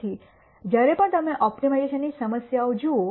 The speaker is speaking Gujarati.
તેથી જ્યારે પણ તમે ઓપ્ટિમાઇઝેશનની સમસ્યા જુઓ